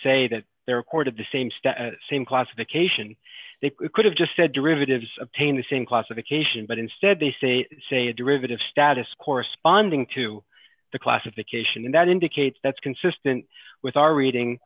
of the same stuff same classification they could have just said derivatives obtain the same classification but instead they say say a derivative status corresponding to the classification and that indicates that's consistent with our reading